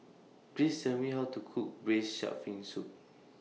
Please Tell Me How to Cook Braised Shark Fin Soup